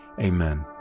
amen